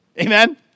Amen